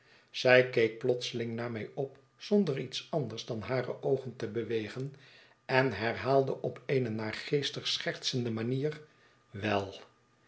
zij keek plotseling naar mij op zonder iets anders dan hare oogen te bewegen en herhaalde op eene naargeestig schertsende manier wel